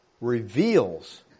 reveals